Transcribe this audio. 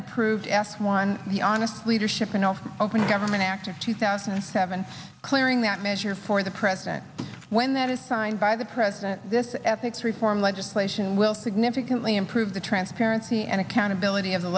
approved f one the honest leadership and also open government act of two thousand and seven clearing that measure for the president when that is signed by the president this ethics reform legislation will significantly improve the transparency and accountability of the